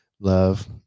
love